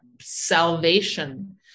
salvation